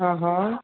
હં હં